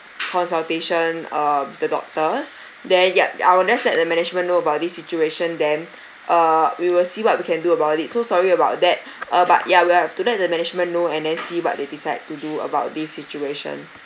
consultation uh with the doctor then yup I'll just let the management know about this situation then uh we will see what we can do about it so sorry about that uh but yeah we have to let the management know and then see what they decide to do about this situation